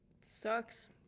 Sucks